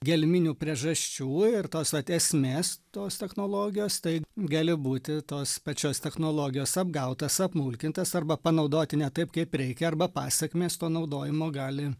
gelminių priežasčių ir tos vat esmės tos technologijos tai gali būti tos pačios technologijos apgautas apmulkintas arba panaudoti ne taip kaip reikia arba pasekmės to naudojimo gali